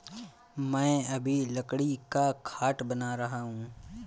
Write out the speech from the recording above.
मैं अभी लकड़ी का खाट बना रहा हूं